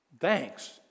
Thanks